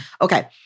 Okay